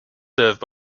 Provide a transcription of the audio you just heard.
served